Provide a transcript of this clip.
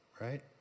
right